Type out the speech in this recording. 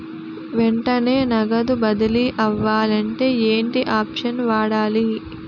వెంటనే నగదు బదిలీ అవ్వాలంటే ఏంటి ఆప్షన్ వాడాలి?